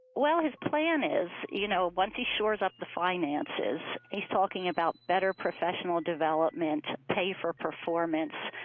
well, his plan is, you know once he shores up the finances, he's talking about better professional development, pay-for-performance,